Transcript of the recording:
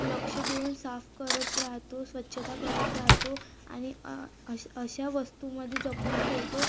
लक्ष देऊन साफ करत राहतो स्वच्छता करत राहतो आणि अश् अशा वस्तूमधे जपून ठेवतो